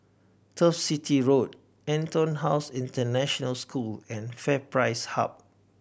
Turf City Road EtonHouse International School and FairPrice Hub